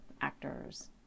actors